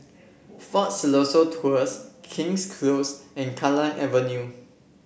Fort Siloso Tours King's Close and Kallang Avenue